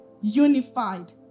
Unified